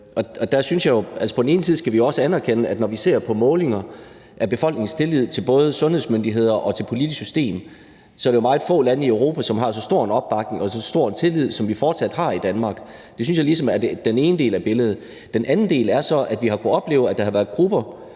på den ene side også skal anerkende, at når vi ser på målinger af befolkningens tillid til både sundhedsmyndigheder og det politiske system, så er det meget få lande i Europa, som har så stor en opbakning og så stor en tillid, som vi fortsat har i Danmark. Det synes jeg ligesom er den ene del af billedet. På den anden side har vi kunnet opleve, at der har været dele